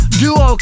duo